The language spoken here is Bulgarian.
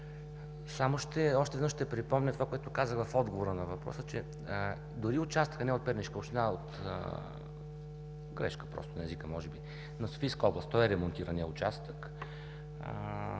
още веднъж ще припомня това, което казах в отговора на въпроса, че дори участък не от Пернишка община, грешка на езика може би, на Софийска – той е ремонтираният участък,